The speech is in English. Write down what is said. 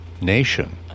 nation